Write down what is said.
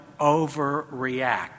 overreact